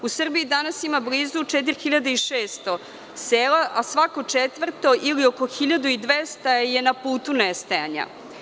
U Srbiji danas ima blizu 4.600 sela, a svako četvrto ili oko 1.200 je na putu nestajanja.